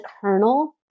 kernel